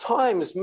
times